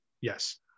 yes